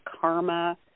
karma